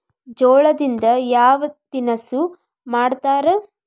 ಜೋಳದಿಂದ ಯಾವ ತಿನಸು ಮಾಡತಾರ?